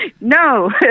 No